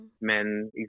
men